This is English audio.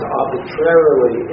arbitrarily